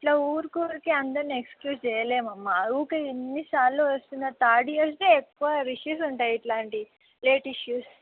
ఇట్లా ఊరికురికె అందరినీ ఎక్స్క్యూజ్ చేయలేమమ్మా ఊరికె ఎన్నిసార్లు వస్తున్న థర్డ్ ఇయర్సె ఎక్కువ ఇష్యూస్ ఉంటాయి ఇట్లాంటి లేట్ ఇష్యూస్